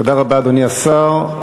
תודה רבה, אדוני השר.